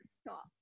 stop